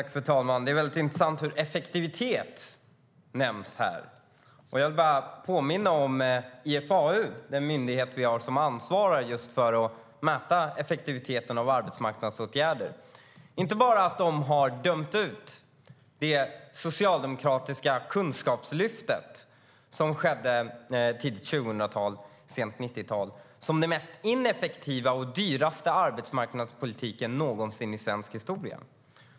Fru talman! Det är intressant att effektivitet nämns här. Jag vill bara påminna om att IFAU, den myndighet som ansvarar för att mäta just effektiviteten i arbetsmarknadsåtgärder, har dömt ut det socialdemokratiska kunskapslyftet som skedde sent 1990-tal och tidigt 2000-tal som den mest ineffektiva och den dyraste arbetsmarknadspolitiken någonsin i svensk historia.